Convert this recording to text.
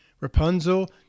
Rapunzel